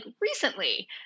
recently